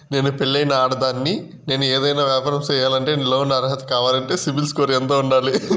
నేను పెళ్ళైన ఆడదాన్ని, నేను ఏదైనా వ్యాపారం సేయాలంటే లోను అర్హత కావాలంటే సిబిల్ స్కోరు ఎంత ఉండాలి?